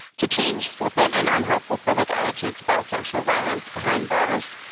to change flippant and unhelpful public attitudes about sexual violence behind bars,